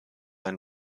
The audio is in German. ein